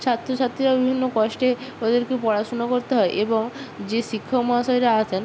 ছাত্র ছাত্রীরাও বিভিন্ন কষ্টে ওদেরকে পড়াশুনো করতে হয় এবং যে শিক্ষক মহাশয়রা আসেন